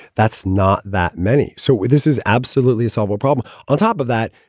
that's not that many. so this is absolutely solvable problem on top of that.